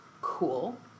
cool